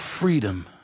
freedom